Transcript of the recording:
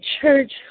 church